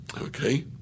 Okay